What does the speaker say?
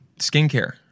skincare